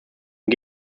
und